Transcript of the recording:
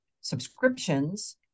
subscriptions